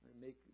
Make